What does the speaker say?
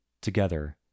Together